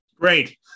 Great